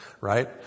right